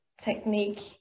technique